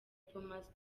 thomas